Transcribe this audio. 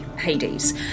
Hades